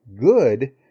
good